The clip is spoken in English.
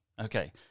Okay